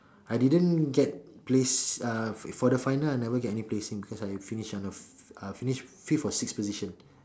I didn't get placed uh for the final I never get any placing because I finish under uh finished fifth or sixth position